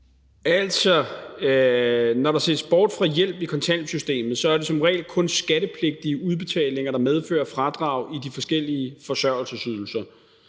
Altså, når der ses bort fra hjælp i kontanthjælpssystemet, er det som regel kun skattepligtige udbetalinger, der medfører fradrag i de forskellige forsørgelsesydelser.